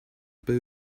but